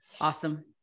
Awesome